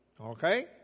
Okay